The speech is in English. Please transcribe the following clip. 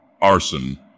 Arson